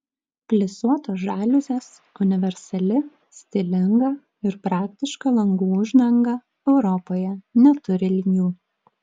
plisuotos žaliuzės universali stilinga ir praktiška langų uždanga europoje neturi lygių